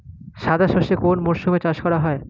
সাদা সর্ষে কোন মরশুমে চাষ করা হয়?